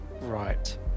Right